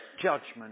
judgment